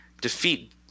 defeat